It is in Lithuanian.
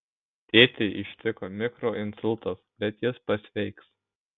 tėtį ištiko mikroinsultas bet jis pasveiks